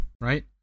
right